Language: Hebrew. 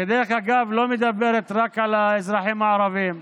שדרך אגב, לא מדברת רק על האזרחים הערבים,